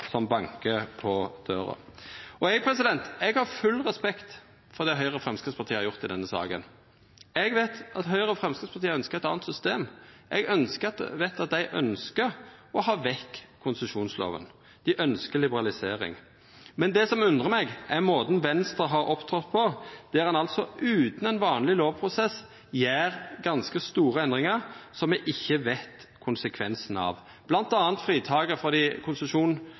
som bankar på døra. Eg har full respekt for det Høgre og Framstegspartiet har gjort i denne saka. Eg veit at Høgre og Framstegspartiet ønskjer eit anna system. Eg veit at dei ønskjer å ha vekk konsesjonslova. Dei ønskjer liberalisering. Det som undrar meg, er måten Venstre har opptredd på, der ein utan ein vanleg lovprosess gjer ganske store endringar som me ikkje veit konsekvensen av, bl.a. fritaket frå priskontroll på dei